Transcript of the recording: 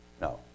No